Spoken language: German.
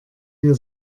wir